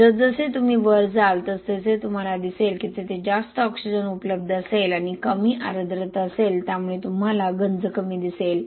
जसजसे तुम्ही वर जाल तसतसे तुम्हाला दिसेल की तेथे जास्त ऑक्सिजन उपलब्ध असेल आणि कमी आर्द्रता असेल त्यामुळे तुम्हाला गंज कमी दिसेल